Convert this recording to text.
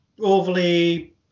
overly